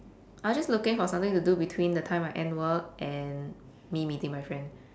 I was just looking for something to do between the time I end work and me meeting my friend